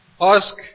Ask